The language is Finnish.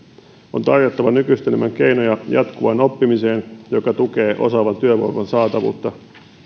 on tarjottava nykyistä enemmän keinoja jatkuvaan oppimiseen joka tukee osaavan työvoiman saatavuutta